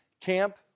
camp